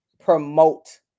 promote